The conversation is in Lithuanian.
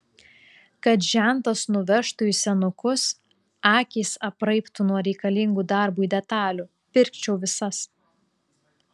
kad žentas nuvežtų į senukus akys apraibtų nuo reikalingų darbui detalių pirkčiau visas